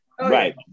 Right